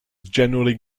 generally